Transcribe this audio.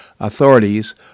Authorities